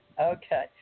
Okay